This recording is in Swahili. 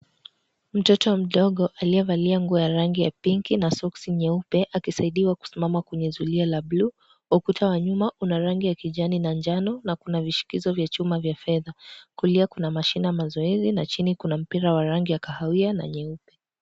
Mtoto mdogo aliyevalia nguo ya rangi pinki na soksi nyeupe akisaidiwa kusimama kwenye zulia la bulu, ukuta wa nyuma una rangi ya kijani na njano na kuna vishikizo vya chuma vya fedha, kulia kuna mashine ya mazoezi na chini kuna mpira wa rangi ya kahawia na nyeupe.